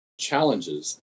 challenges